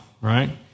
right